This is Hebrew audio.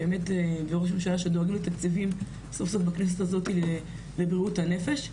וראש ממשלה שדואגים לתקציבים סוף סוף לבריאות הנפש,